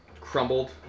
crumbled